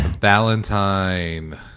valentine